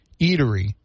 eatery